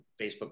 Facebook